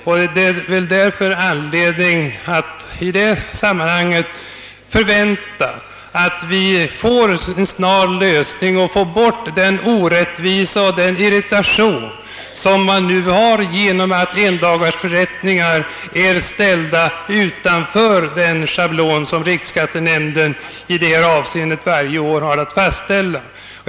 Det är väl därför anledning att förvänta en snar lösning så att man får bort den orättvisa som det innebär och den irritation som det medför att endagarsförrättningar är ställda utanför den schablon som riksskattenämnden i detta avseende varje år har att fastställa.